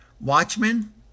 Watchmen